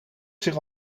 zich